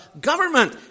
government